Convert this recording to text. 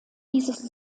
dieses